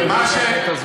אפשר להמשיך.